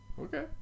okay